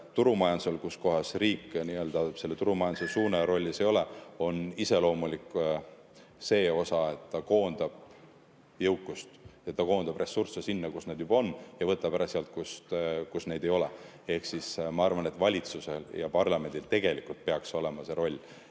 turumajandusele, kui riik selle turumajanduse suunajarollis ei ole, on iseloomulik see, et ta koondab jõukust ja ta koondab ressursse sinna, kus nad juba on, ja võtab ära sealt, kus neid ei ole. Ehk ma arvan, et valitsusel ja parlamendil tegelikult peaks olema see roll.